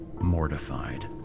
mortified